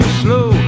slow